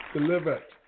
Delivered